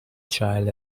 child